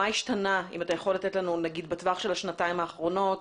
מה השתנה בטווח של השנתיים האחרונות